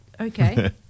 Okay